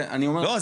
לא,